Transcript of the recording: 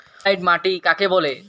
Laterite মাটি কাকে বলে?